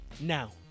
now